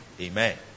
Amen